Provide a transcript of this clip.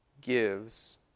gives